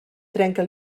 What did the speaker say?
trenca